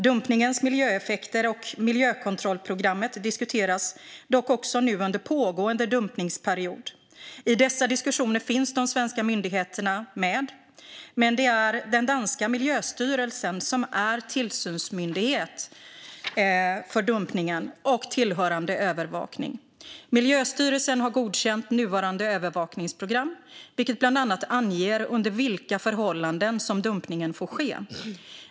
Dumpningens miljöeffekter och miljökontrollprogrammet diskuteras dock också nu under pågående dumpningsperiod. I dessa diskussioner finns de svenska myndigheterna med, men det är den danska Miljøstyrelsen som är tillsynsmyndighet för dumpningen och tillhörande övervakning. Miljøstyrelsen har godkänt nuvarande övervakningsprogram, vilket bland annat anger under vilka förhållanden som dumpningen får ske.